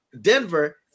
Denver